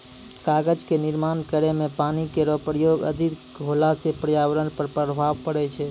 कागज क निर्माण करै म पानी केरो प्रयोग अधिक होला सँ पर्यावरण पर प्रभाव पड़ै छै